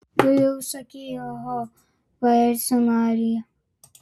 tu jau sakei oho paerzino arija